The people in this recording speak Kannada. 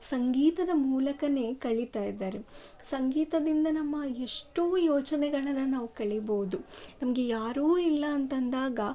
ಸಂಗೀತದ ಮೂಲಕ ಕಳೀತ ಇದ್ದಾರೆ ಸಂಗೀತದಿಂದ ನಮ್ಮ ಎಷ್ಟೋ ಯೋಚನೆಗಳನ್ನು ನಾವು ಕಳೀಬಹುದು ನಮಗೆ ಯಾರೂ ಇಲ್ಲ ಅಂತ ಅಂದಾಗ